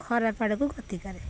ଖରାପ ଆଡ଼କୁ ଗତି କରେ